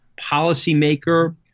policymaker